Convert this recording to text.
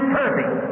perfect